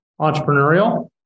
entrepreneurial